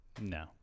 No